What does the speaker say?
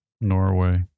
Norway